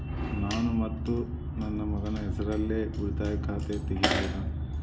ನಾನು ಮತ್ತು ನನ್ನ ಮಗನ ಹೆಸರಲ್ಲೇ ಉಳಿತಾಯ ಖಾತ ತೆಗಿಬಹುದ?